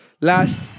last